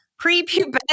prepubescent